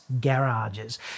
Garages